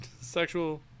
sexual